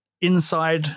inside